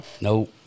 Nope